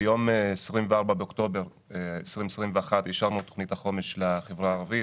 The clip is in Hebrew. ב-24 באוקטובר 2021 אישרנו את תוכנית החומש לחברה הערבית.